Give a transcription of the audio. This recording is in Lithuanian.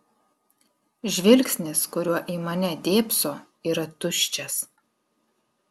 žvilgsnis kuriuo į mane dėbso yra tuščias